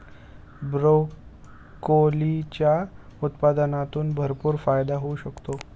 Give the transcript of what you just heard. ब्रोकोलीच्या उत्पादनातून भरपूर फायदा होऊ शकतो